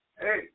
Hey